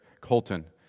Colton